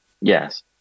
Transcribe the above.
Yes